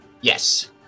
Yes